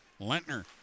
Lentner